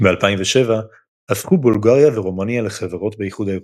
ב-2007 הפכו בולגריה ורומניה לחברות באיחוד האירופי.